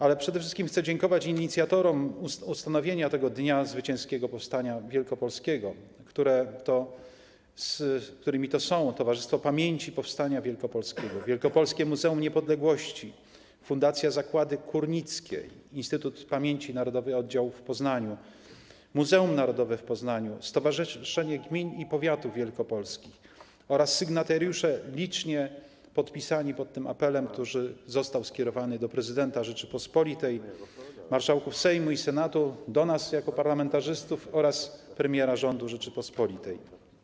Ale przed wszystkim chcę dziękować inicjatorom ustanowienia tego Dnia Zwycięskiego Powstania Wielkopolskiego, którymi są Towarzystwo Pamięci Powstania Wielkopolskiego, Wielkopolskie Muzeum Niepodległości, Fundacja Zakłady Kórnickie, Instytut Pamięci Narodowej oddział w Poznaniu, Muzeum Narodowe w Poznaniu, Stowarzyszenie Gmin i Powiatów Wielkopolski oraz sygnatariusze licznie podpisani pod tym apelem, który został skierowany do prezydenta Rzeczypospolitej, marszałków Sejmu i Senatu, do nas jako parlamentarzystów oraz premiera rządu Rzeczypospolitej.